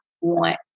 want